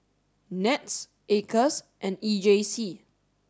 NETS Acres and E J C